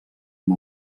amb